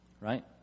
right